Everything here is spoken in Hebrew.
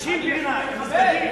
אני מכבד.